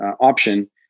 option